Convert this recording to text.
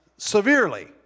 severely